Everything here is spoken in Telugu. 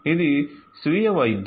ఇది స్వీయ వైద్యం